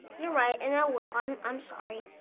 you're right and i will. i'm i'm sorry.